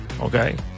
Okay